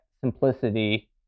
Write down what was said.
simplicity